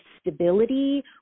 stability